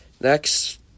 Next